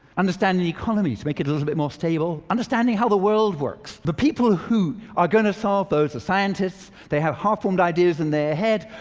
understanding the economy to make it a little bit more stable, understanding how the world works. the people who are going to solve those the scientists they have half-formed ideas in their head,